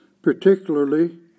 particularly